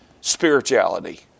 spirituality